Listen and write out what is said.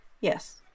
Yes